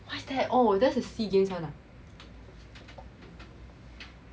what's that oh that's the SEA games one ah